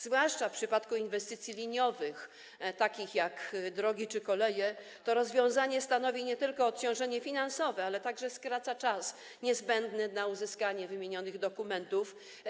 Zwłaszcza w przypadku inwestycji liniowych, takich jak drogi czy drogi kolejowe, to rozwiązanie stanowi nie tylko odciążenie finansowe, ale także skraca czas niezbędny na uzyskanie wymienionych dokumentów.